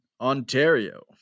Ontario